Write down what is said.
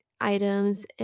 items